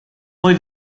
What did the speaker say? poi